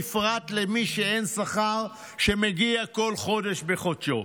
בפרט למי שאין לה שכר שמגיע בכל חודש בחודשו.